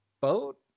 boat